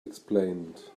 explained